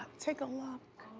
take a look.